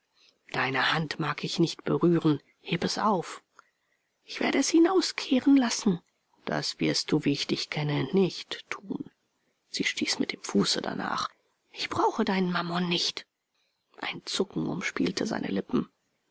deine hand mag ich nicht berühren heb es auf ich werde es hinauskehren lassen das wirst du wie ich dich kenne nicht tun sie stieß mit dem fuße danach ich brauche deinen mammon nicht ein zucken umspielte seine lippen